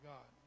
God